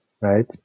right